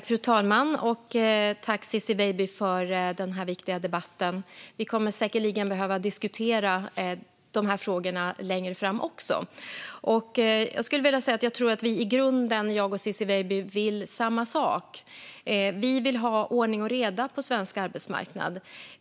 Fru talman! Tack, Ciczie Weidby, för den viktiga debatten! Vi kommer säkerligen att behöva diskutera dessa frågor också längre fram. Jag tror att jag och Ciczie Weidby i grunden vill samma sak. Vi vill ha ordning och reda på svensk arbetsmarknad.